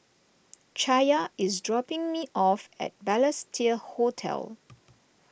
Chaya is dropping me off at Balestier Hotel